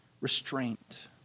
restraint